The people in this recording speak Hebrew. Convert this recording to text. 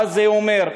מה זה אומר?